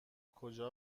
کجا